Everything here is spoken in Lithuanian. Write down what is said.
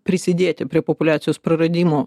prisidėti prie populiacijos praradimų